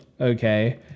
okay